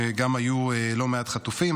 גם היו לא מעט חטופים.